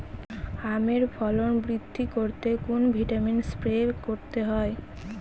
আমের ফলন বৃদ্ধি করতে কোন ভিটামিন স্প্রে করতে হয়?